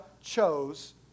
chose